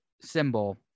symbol